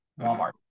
Walmart